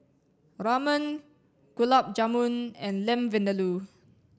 Ramen Gulab Jamun and Lamb Vindaloo